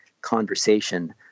conversation